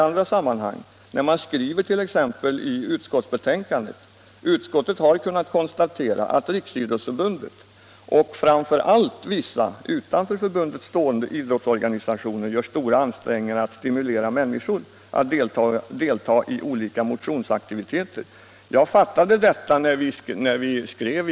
Utskottet skriver nämligen följande: ”Utskottet har kunnat konstatera att Riksidrottsförbundet och framför allt vissa utanför förbundet stående idrottsorganisationer gör stora ansträngningar att stimulera människor att delta i olika motionsaktiviteter.” När betänkandet skrevs.